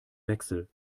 wechsel